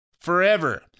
forever